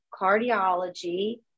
cardiology